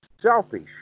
selfish